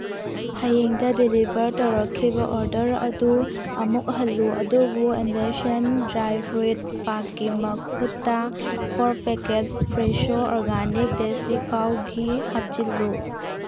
ꯍꯌꯦꯡꯗ deliver ꯇꯧꯔꯛꯈꯤꯕ order ꯑꯗꯨ ꯑꯃꯨꯛ ꯍꯟꯂꯨ ꯑꯗꯨꯕꯨ ꯑꯟꯕꯦꯁꯟ ꯗ꯭ꯔꯥꯏ ꯐ꯭ꯔꯨꯏꯠꯁ ꯄꯥꯛꯀꯤ ꯃꯍꯨꯠꯇ ꯐꯣꯔ ꯄꯦꯛꯀꯦꯠꯁ ꯐ꯭ꯔꯦꯁꯁꯣ ꯑꯣꯔꯒꯥꯅꯤꯛ ꯗꯦꯁꯤ ꯀꯥꯎ ꯘꯤ ꯍꯥꯞꯆꯤꯜꯂꯨ